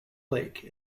lake